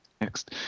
next